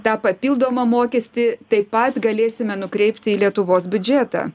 tą papildomą mokestį taip pat galėsime nukreipti į lietuvos biudžetą